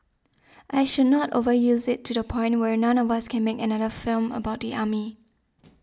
I should not overuse it to the point where none of us can make another film about the army